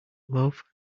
love